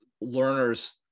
learners